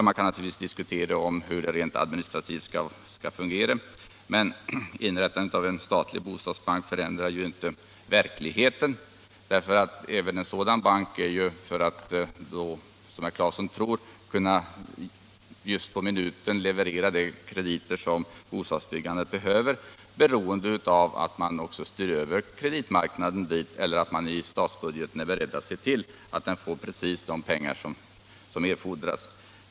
Man kan naturligtvis diskutera hur det hela rent administrativt skall fungera, men inrättandet av en statlig bostadsbank förändrar ju inte verkligheten. Även en sådan bank är, för att —- som herr Claeson tror — just på minuten kunna leverera de krediter som bostadsbyggandet behöver, beroende av att man styr över kreditmarknaden dit eller att man i statsbudgeten är beredd att se till att bostadsbanken får precis de pengar som erfordras.